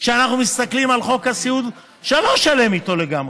כשאנחנו מסתכלים על חוק הסיעוד שאני לא שלם איתו לגמרי,